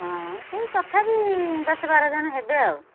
ହଁ ସେଇ ତଥାପି ଦଶ ବାର ଜଣ ହେବେ ଆଉ